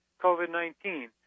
COVID-19